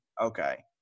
Okay